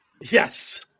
Yes